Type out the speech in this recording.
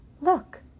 Look